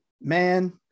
man